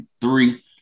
three